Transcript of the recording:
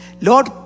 Lord